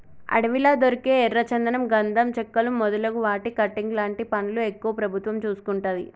అడవిలా దొరికే ఎర్ర చందనం గంధం చెక్కలు మొదలు వాటి కటింగ్ లాంటి పనులు ఎక్కువ ప్రభుత్వం చూసుకుంటది